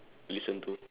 listen to